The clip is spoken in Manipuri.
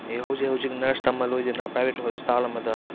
ꯑꯩ ꯍꯧꯖꯤꯛ ꯍꯧꯖꯤꯛ ꯅꯔꯁ ꯇꯝꯕ ꯂꯣꯏꯗꯅ ꯄ꯭ꯔꯥꯏꯚꯦꯠ ꯍꯣꯁꯄꯤꯇꯥꯜ ꯑꯃꯗ